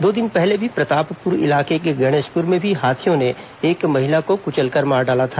दो दिन पहले भी प्रतापपुर इलाके के गणेशपुर में भी हाथियों ने एक महिला को क्वलकर मार डाला था